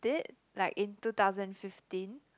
it like in two thousand fifteen